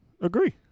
agree